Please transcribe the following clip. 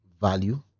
value